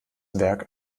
werk